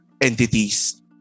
Entities